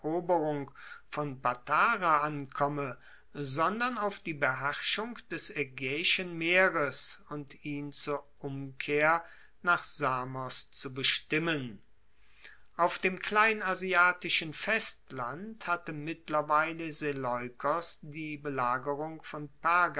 von patara ankomme sondern auf die beherrschung des aegaeischen meeres und ihn zur umkehr nach samos zu bestimmen auf dem kleinasiatischen festland hatte mittlerweile seleukos die belagerung von